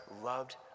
loved